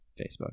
Facebook